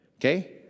Okay